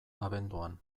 abenduan